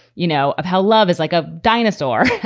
you know, of how love is like a dinosaur,